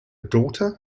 daughter